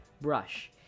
brush